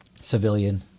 civilian